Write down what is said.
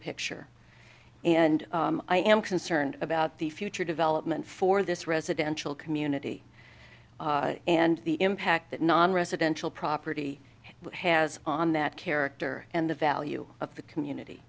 picture and i am concerned about the future development for this residential community and the impact that non residential property has on that character and the value of the community